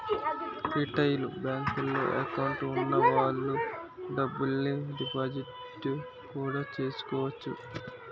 retail బేంకుల్లో account వున్న వాళ్ళు డబ్బుల్ని డిపాజిట్టు కూడా చేసుకోవచ్చు